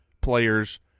players